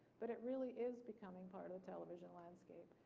but it really is becoming part of the television landscape.